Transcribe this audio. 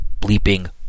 bleeping